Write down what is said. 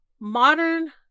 modern